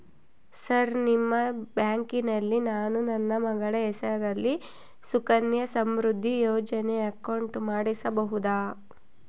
Sir ನಿಮ್ಮ ಬ್ಯಾಂಕಿನಲ್ಲಿ ನಾನು ನನ್ನ ಮಗಳ ಹೆಸರಲ್ಲಿ ಸುಕನ್ಯಾ ಸಮೃದ್ಧಿ ಯೋಜನೆ ಅಕೌಂಟ್ ಮಾಡಿಸಬಹುದಾ?